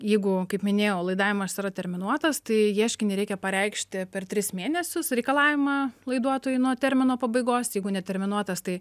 jeigu kaip minėjau laidavimas yra terminuotas tai ieškinį reikia pareikšti per tris mėnesius reikalavimą laiduotojui nuo termino pabaigos jeigu neterminuotas tai